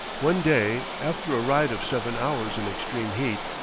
one day, after a ride of seven hours in extreme heat,